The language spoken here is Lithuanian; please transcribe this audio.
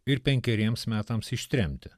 ir penkeriems metams ištremti